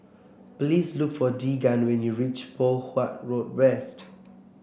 please look for Deegan when you reach Poh Huat Road West